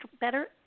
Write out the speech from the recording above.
better